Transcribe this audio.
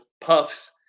Puffs